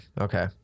Okay